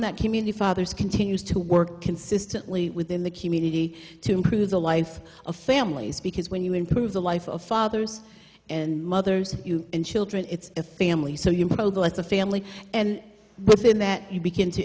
that community fathers continues to work consistently within the community to improve the lives of families because when you improve the life of fathers and mothers and children it's a family so you go as a family and within that you begin to